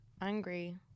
angry